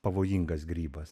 pavojingas grybas